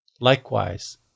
Likewise